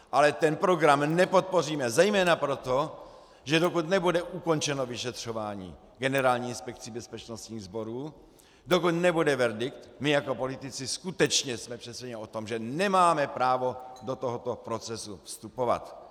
Ale program nepodpoříme zejména proto, že dokud nebude ukončeno vyšetřování Generální inspekcí bezpečnostních sborů, dokud nebude verdikt, my jako politici skutečně jsme přesvědčeni o tom, že nemáme právo do tohoto procesu vstupovat.